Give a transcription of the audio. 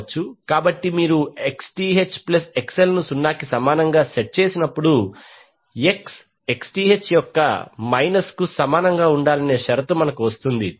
కాబట్టి మీరు Xth plus XL ను 0 కి సమానంగా సెట్ చేసినప్పుడు X Xth యొక్క మైనస్ కు సమానంగా ఉండాలనే షరతు మనకు వస్తుంది